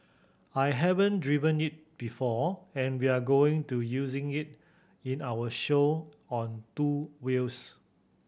I haven't driven it before and we're going to using it in our show on two wheels